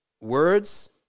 words